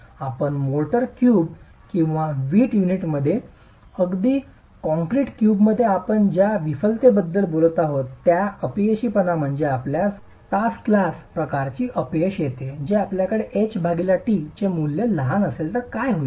आपण mortar cube किंवा वीट युनिटमध्ये किंवा अगदी कॉंक्रेट क्यूबमध्ये आपण ज्या विफलतेबद्दल बोललो होतो त्या अपयशीपणा म्हणजे आपणास तासग्लास प्रकारची अपयश येते जे आपल्याकडे h t चे मूल्य लहान असेल तर काय होईल